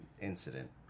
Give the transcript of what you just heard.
incident